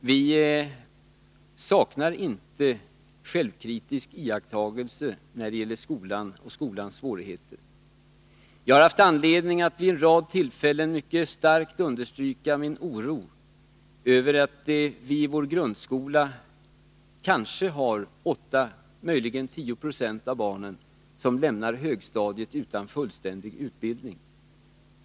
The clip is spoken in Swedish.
Vi saknar inte självkritisk iakttagelse när det gäller skolan och dess svårigheter. Jag har haft anledning att vid en rad tillfällen mycket starkt understryka min oro över att kanske 8 26, möjligen 10 96, av de barn som lämnar högstadiet i vår grundskola inte har fullständig utbildning.